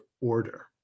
order